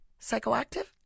psychoactive